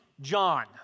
John